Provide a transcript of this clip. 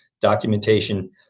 documentation